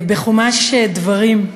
בחומש דברים,